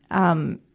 um,